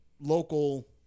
local